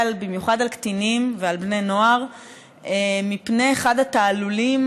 במיוחד על קטינים ועל בני נוער מפני אחד התעלולים